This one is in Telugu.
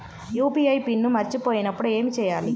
యూ.పీ.ఐ పిన్ మరచిపోయినప్పుడు ఏమి చేయాలి?